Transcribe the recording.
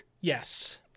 Yes